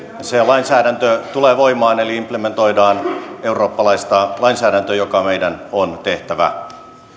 se lainsäädäntö tulee voimaan eli implementoidaan eurooppalaista lainsäädäntöä mikä meidän on tehtävä